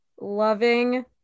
loving